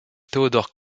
théodore